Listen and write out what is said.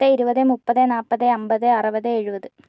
പത്ത് ഇരുപത് മുപ്പത് നാല്പത് അൻപത് അറുപത് എഴുപത്